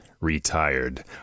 retired